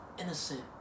innocent